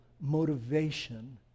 motivation